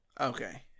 Okay